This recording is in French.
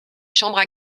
chambres